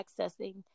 accessing